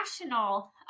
National